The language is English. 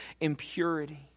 impurity